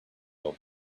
old